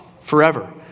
forever